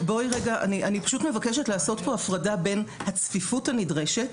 אני פשוט רוצה לעשות כאן הפרדה בין הצפיפות הנדרשת